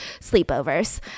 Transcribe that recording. sleepovers